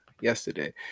yesterday